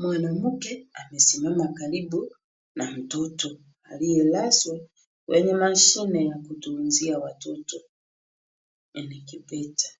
Mwanamke amesimama karibu na mtoto aliyelazwa kwenye mashine ya kutunzia ya watoto incubator .